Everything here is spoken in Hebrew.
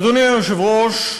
אדוני היושב-ראש,